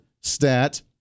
stat